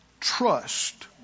trust